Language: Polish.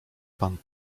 pan